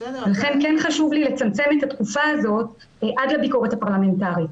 לכן כן חשוב לי לצמצם את התקופה הזאת עד לביקורת הפרלמנטרית.